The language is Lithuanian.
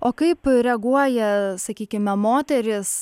o kaip reaguoja sakykime moterys